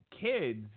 kids